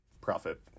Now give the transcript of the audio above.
profit